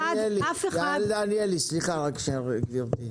סליחה, גברתי.